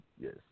Yes